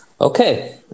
Okay